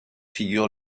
figurent